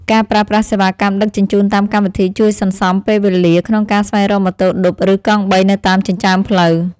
ការប្រើប្រាស់សេវាកម្មដឹកជញ្ជូនតាមកម្មវិធីជួយសន្សំពេលវេលាក្នុងការស្វែងរកម៉ូតូឌុបឬកង់បីនៅតាមចិញ្ចើមផ្លូវ។